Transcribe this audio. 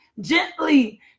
Gently